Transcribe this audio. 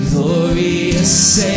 Glorious